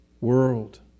world